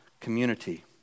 community